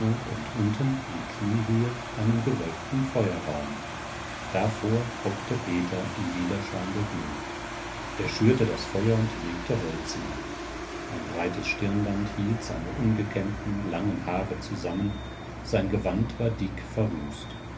unten in kniehöhe einen gewölbten feuerraum davor hockte peter im widerschein der glut er schürte das feuer und legte holz nach ein breites stirnband hielt seine ungekämmten langen haare zusammen sein gewand war dick verrußt